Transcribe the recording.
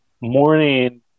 morning